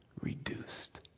reduced